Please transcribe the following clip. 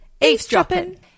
eavesdropping